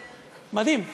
מדהים.